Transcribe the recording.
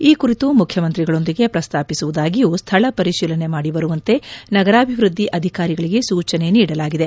ಈ ಕುರಿತು ಮುಖ್ಯಮಂತ್ರಿಗಳೊಂದಿಗೆ ಪ್ರಸ್ತಾಪಿಸುವುದಾಗಿಯೂ ಸ್ಥಳ ಪರಿಶೀಲನೆ ಮಾದಿ ಬರುವಂತೆ ನಗರಾಭಿವೃದ್ದಿ ಅಧಿಕಾರಿಗಳಿಗೆ ಸೂಚನೆ ನೀಡಲಾಗಿದೆ